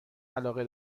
علاقه